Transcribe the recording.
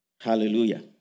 Hallelujah